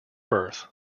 earth